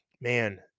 man